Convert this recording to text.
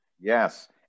Yes